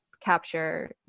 capture